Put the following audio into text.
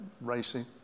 racing